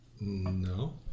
No